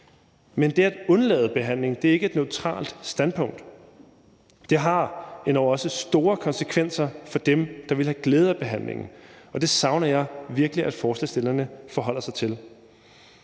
Men det at undlade behandling er ikke et neutralt standpunkt. Det har endog også store konsekvenser for dem, der ville have glæde af behandlingen, og det savner jeg virkelig at forslagsstillerne forholder sig til.